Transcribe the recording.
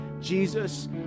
Jesus